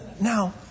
Now